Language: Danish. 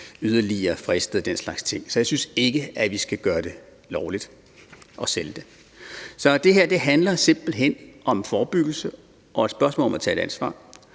yderligere fristet af den slags ting, så jeg synes ikke, at vi skal gøre det lovligt at sælge det. Så det her handler simpelt hen om forebyggelse og et spørgsmål om at tage et ansvar.